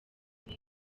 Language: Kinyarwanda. nabo